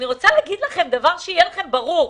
אני רוצה להגיד, שיהיה לכם ברור,